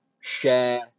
share